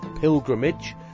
Pilgrimage